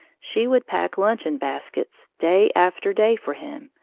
she would pack luncheon baskets day after day for him,